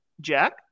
Jack